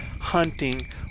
hunting